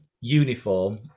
Uniform